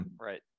right